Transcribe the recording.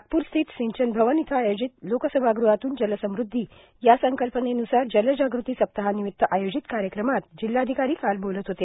नागपूर स्थित सिंचन भवन इथ आयोजित लोकसहभागातून जलसमुद्धी या संकल्पनेन्सार जलजागृती सप्ताहानिमित्त आयोजित कार्यक्रमात जिल्हाधिकारी काल बोलत होते